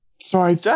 Sorry